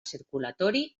circulatori